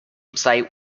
site